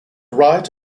write